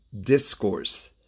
discourse